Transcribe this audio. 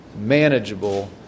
manageable